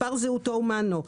מספר זהותו ומענו.